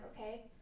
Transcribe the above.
okay